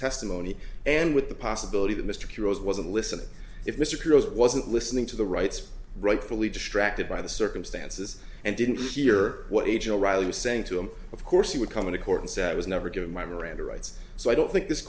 testimony and with the possibility that mr curios wasn't listening if mr perot's wasn't listening to the rights rightfully distracted by the circumstances and didn't hear what agent riley was saying to him of course he would come into court and say i was never given my miranda rights so i don't thi